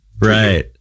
Right